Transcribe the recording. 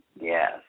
Yes